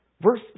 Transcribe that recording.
verse